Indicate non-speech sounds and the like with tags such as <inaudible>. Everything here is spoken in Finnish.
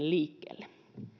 <unintelligible> liikkeelle